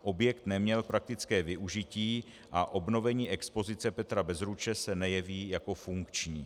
Objekt neměl praktické využití a obnovení expozice Petra Bezruče se nejeví jako funkční.